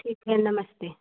ठीक है नमस्ते